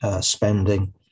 spending